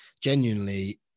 genuinely